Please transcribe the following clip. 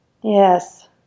Yes